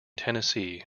tennessee